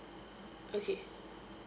okay